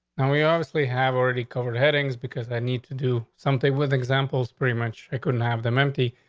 and we obviously have already covered headings because i need to do something with examples. pretty much i couldn't have them. mp,